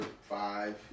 five